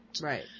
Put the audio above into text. Right